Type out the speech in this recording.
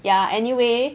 ya anyway